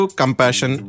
compassion